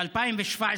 ב-2017